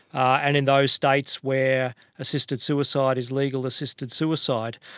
and in those states where assisted suicide is legal, assisted suicide.